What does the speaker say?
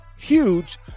Huge